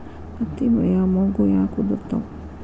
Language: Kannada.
ಹತ್ತಿ ಬೆಳಿಯಾಗ ಮೊಗ್ಗು ಯಾಕ್ ಉದುರುತಾವ್?